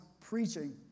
preaching